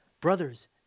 Brothers